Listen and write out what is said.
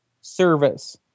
service